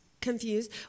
Confused